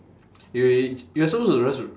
you you are supposed to rest